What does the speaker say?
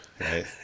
right